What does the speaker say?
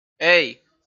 hey